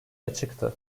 açıktı